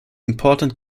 important